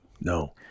no